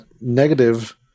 negative